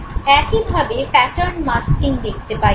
একইভাবে pattern masking দেখতে পাই আমরা